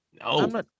No